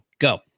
Go